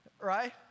Right